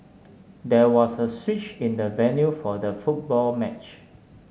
there was a switch in the venue for the football match